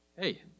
Hey